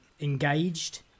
engaged